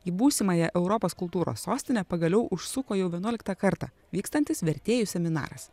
į būsimąją europos kultūros sostinę pagaliau užsuko jau vienuoliktą kartą vykstantis vertėjų seminaras